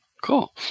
Cool